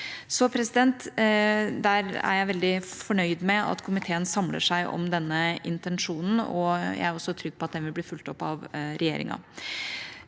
veldig fornøyd med at komiteen samler seg om denne intensjonen, og jeg er også trygg på at den vil bli fulgt opp av regjeringa.